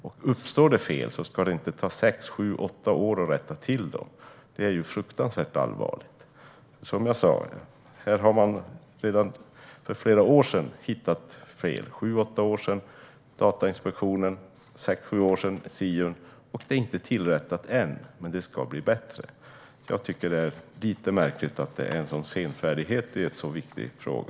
Om det uppstår fel ska det inte ta sex, sju eller åtta år att rätta till dem. Det är fruktansvärt allvarligt. Som jag sa hittades fel för flera år sedan: Datainspektionen för sju åtta år sedan och Siun för sex sju år sedan. De är inte tillrättade än, men det ska bli bättre. Jag tycker att det är lite märkligt med en sådan senfärdighet i en så viktig fråga.